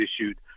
issued